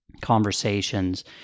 conversations